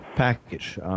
Package